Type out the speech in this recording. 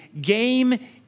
game